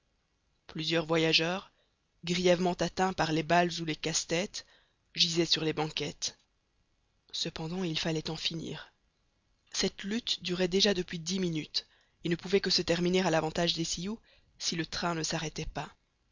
plusieurs voyageurs grièvement atteints par les balles ou les casse-tête gisaient sur les banquettes cependant il fallait en finir cette lutte durait déjà depuis dix minutes et ne pouvait que se terminer à l'avantage des sioux si le train ne s'arrêtait pas